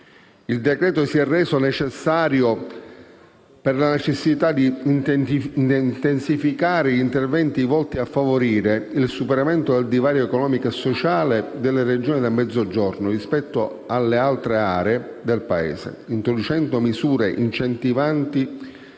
in esame si è resa necessaria per la necessità di intensificare gli interventi volti a favorire il superamento del divario economico e sociale delle Regioni del Mezzogiorno rispetto alle altre aree del Paese, introducendo misure incentivanti